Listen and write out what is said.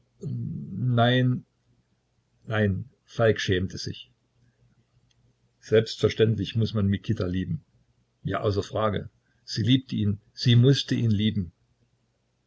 nein nein falk schämte sich selbstverständlich muß man mikita lieben ja außer frage sie liebte ihn sie mußte ihn lieben